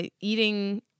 eating